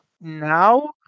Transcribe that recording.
now